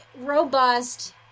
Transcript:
robust